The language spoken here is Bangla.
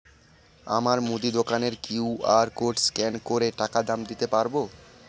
আমার মুদি দোকানের কিউ.আর কোড স্ক্যান করে টাকা দাম দিতে পারব?